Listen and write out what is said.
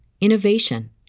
innovation